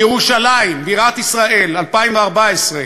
בירושלים, בירת ישראל, 2014,